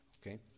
okay